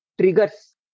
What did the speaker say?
triggers